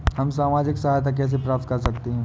हम सामाजिक सहायता कैसे प्राप्त कर सकते हैं?